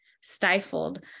stifled